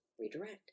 redirect